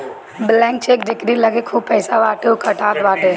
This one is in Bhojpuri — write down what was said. ब्लैंक चेक जेकरी लगे खूब पईसा बाटे उ कटात बाटे